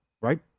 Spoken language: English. right